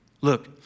Look